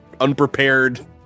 unprepared